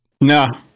no